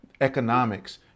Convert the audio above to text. economics